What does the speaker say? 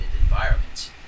environments